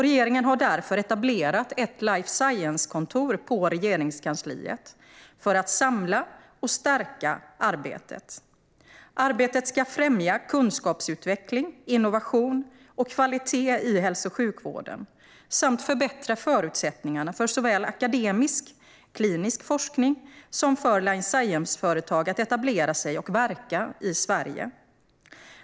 Regeringen har därför etablerat ett life science-kontor på Regeringskansliet, för att samla och stärka arbetet. Arbetet ska främja kunskapsutveckling, innovation och kvalitet i hälso och sjukvården samt förbättra förutsättningarna för akademisk, klinisk forskning liksom för life science-företag att etablera sig och verka i Sverige.